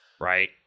Right